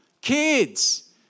kids